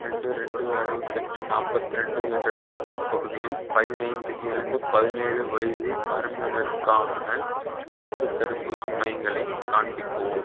ரெண்டு ரெண்டு அறுபத்தெட்டு நாற்பத்திரெண்டு என்ற பின்கோட் பகுதியில் பதினைந்திலிருந்து பதினேழு வயது வரம்பினருக்கான அனைத்துத் தடுப்பூசி மையங்களையும் காண்பிக்கவும்